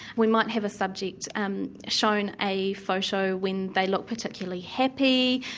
we might have a subject um shown a photo when they looked particularly happy,